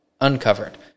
uncovered